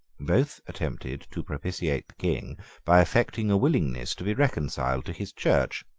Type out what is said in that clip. both attempted to propitiate the king by affecting a willingness to be reconciled to his church.